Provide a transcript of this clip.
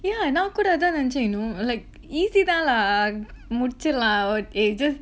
yeah நா கூட அதா நெனச்சேன்:naa kooda athaa nenachaen you know like easy lah முடிச்சர்லாம்:mudicharlaam just